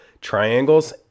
Triangles